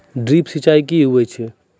Drip सिंचाई कि होय छै?